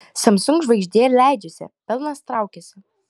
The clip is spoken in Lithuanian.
samsung žvaigždė leidžiasi pelnas traukiasi